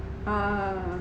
ah ah ah